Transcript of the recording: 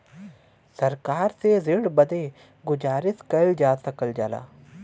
सरकार से ऋण बदे गुजारिस कइल जा सकल जाला